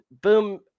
boom